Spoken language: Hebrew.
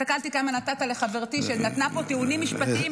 הסתכלתי כמה נתת לחברתי שנתנה פה טיעונים משפטיים,